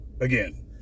again